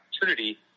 opportunity